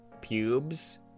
pubes